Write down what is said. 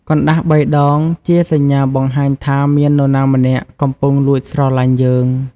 កណ្ដាស់បីដងជាសញ្ញាបង្ហាញថាមាននរណាម្នាក់កំពុងលួចស្រឡាញ់យើង។